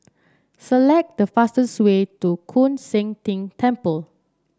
select the fastest way to Koon Seng Ting Temple